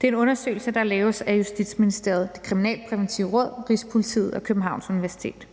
Det er en undersøgelse, der laves af Justitsministeriet, Det Kriminalpræventive Råd, Rigspolitiet og Københavns Universitet.